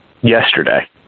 yesterday